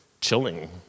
chilling